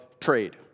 trade